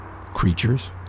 creatures